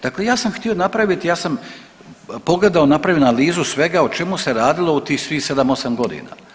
Dakle ja sam htio napraviti, ja sam pogledao, napravio analizu svega o čemu se radilo u tih svih 7, 8 godina.